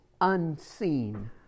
unseen